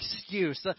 excuse